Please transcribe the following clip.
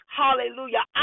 hallelujah